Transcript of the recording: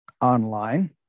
online